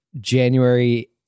January